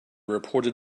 reported